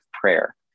prayer